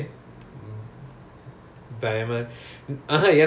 ya just don't overstrain lah dey